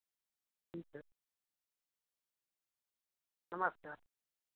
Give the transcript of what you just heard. ठीक है नमस्कार